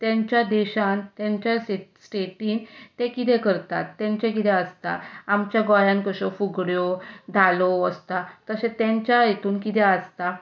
तांच्या देशांत तांच्या स्टॅटींत ते कितें करताता तांचे कितें आसता आमच्या गोंयांत कश्यो पुगड्यो धालो आसता तशें तांच्या हातून कितें आसता